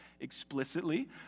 explicitly